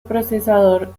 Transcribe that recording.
procesador